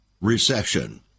recession